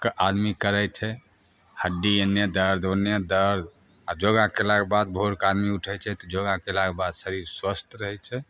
कऽ आदमी करै छै हड्डी इन्ने दर्द उन्ने दर्द आ योगा केलाके बाद भोरके आदमी उठै छै तऽ योगा केलाके बाद शरीर स्वस्थ रहै छै